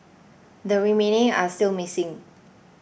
the remaining are still missing